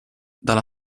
dalla